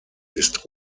ist